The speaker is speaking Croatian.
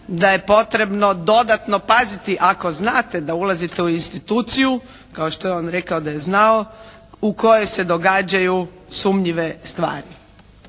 da je potrebno dodatno paziti ako znate da ulazite u instituciju kao što je on rekao da je on znao u kojoj se događaju sumnjive stvari.